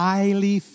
Highly